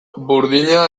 burdina